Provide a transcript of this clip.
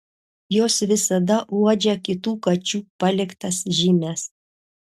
jos visada uodžia kitų kačių paliktas žymes